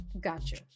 Gotcha